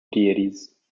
deities